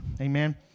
amen